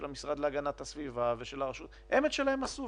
של המשרד להגנת הסביבה הם את שלהם עשו,